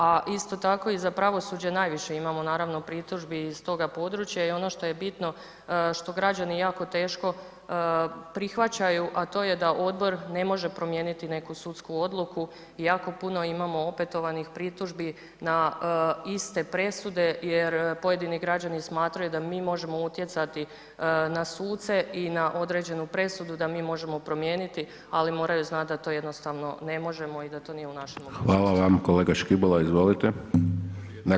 A isto tako i za pravosuđe najviše naravno pritužbi iz tog područja i ono što je bitno što građani jako teško prihvaćaju, a to je da odbor ne može promijeniti neku sudsku odluku i jako puno imamo opetovanih pritužbi na iste presude jer pojedini građani smatraju da mi možemo utjecati na suce i na određenu presudu da mi možemo promijeniti, ali moraju znati da to jednostavno ne možemo i da to nije u našoj mogućnosti.